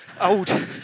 old